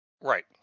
Right